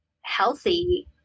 healthy